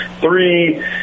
three